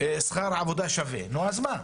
שכר עבודה שווה, נו אז מה?